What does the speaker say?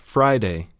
Friday